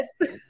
Yes